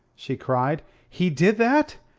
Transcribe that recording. she cried. he did that!